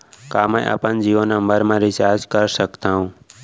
का मैं अपन जीयो नंबर म रिचार्ज कर सकथव?